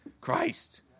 Christ